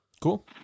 Cool